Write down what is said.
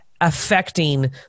affecting